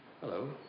Hello